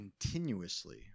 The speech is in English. continuously